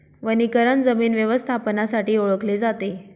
वनीकरण जमीन व्यवस्थापनासाठी ओळखले जाते